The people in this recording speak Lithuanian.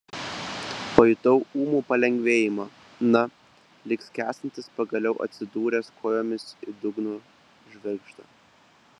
pajutau ūmų palengvėjimą na lyg skęstantis pagaliau atsidūręs kojomis į dugno žvirgždą